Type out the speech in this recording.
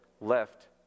left